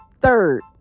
Third